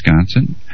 wisconsin